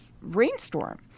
rainstorm